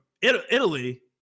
Italy